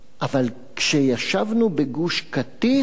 אבל כשישבנו בגוש-קטיף